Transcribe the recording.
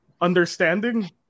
understanding